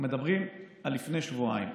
מדברים על לפני שבועיים.